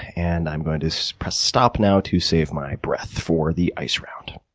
and i'm going to so press stop now, to save my breath for the ice round.